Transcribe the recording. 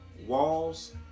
Walls